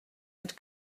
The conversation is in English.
had